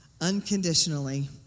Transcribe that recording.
unconditionally